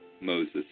Moses